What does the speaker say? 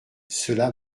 cela